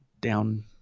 down